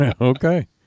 Okay